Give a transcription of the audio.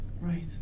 Right